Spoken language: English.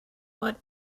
what